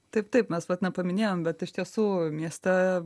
taip taip mes nepaminėjom bet iš tiesų mieste